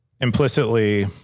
Implicitly